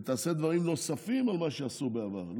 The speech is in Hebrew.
ותעשה דברים נוספים על מה שעשו בעבר.